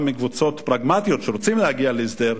קבוצות פרגמטיות שרוצות להגיע להסדר,